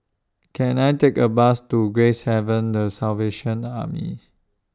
Can I Take A Bus to Gracehaven The Salvation Army